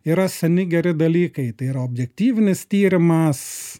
yra seni geri dalykai tai yra objektyvinis tyrimas